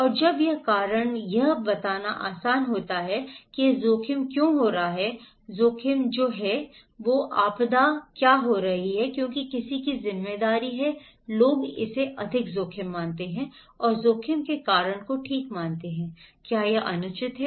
और जब यह कारण यह बताना आसान होता है कि यह जोखिम क्यों हो रहा है जोखिम हो रहा है आपदा हो रही है क्योंकि किसी की जिम्मेदारी है लोग इसे अधिक जोखिम मानते हैं और जोखिम के कारण को ठीक मानते हैं क्या यह अनुचित है